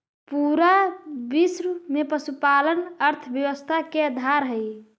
पूरा विश्व में पशुपालन अर्थव्यवस्था के आधार हई